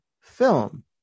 film